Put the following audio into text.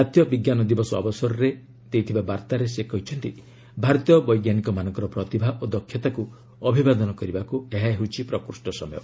ଜାତୀୟ ବିଜ୍ଞାନ ଦିବସ ଅବସରରେ ଦେଇଥିବା ବାର୍ଭାରେ ସେ କହିଛନ୍ତି ଭାରତୀୟ ବୈଜ୍ଞାନିକମାନଙ୍କର ପ୍ରତିଭା ଓ ଦକ୍ଷତାକୃ ଅଭିବାଦନ କରିବାକୁ ଏହା ହେଉଛି ପ୍ରକୃଷ୍ଟ ସମୟ